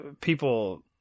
people